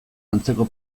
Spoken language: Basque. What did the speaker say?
antzeko